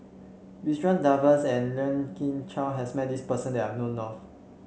Ridzwan Dzafir and Lien Ying Chow has met this person that I know of